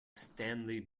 stanley